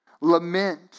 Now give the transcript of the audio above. Lament